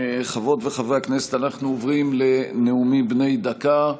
חברות וחברי הכנסת, אנחנו עוברים לנאומים בני דקה.